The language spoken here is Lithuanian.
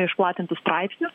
išplatintus straipsnius